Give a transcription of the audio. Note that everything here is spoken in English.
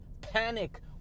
Panic